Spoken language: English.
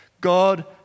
God